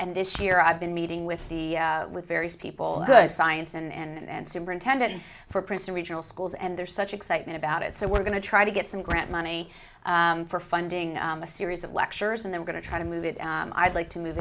and this year i've been meeting with the with various people good science and superintendent for princeton regional schools and there's such excitement about it so we're going to try to get some grant money for funding a series of lectures and they're going to try to move it i'd like to move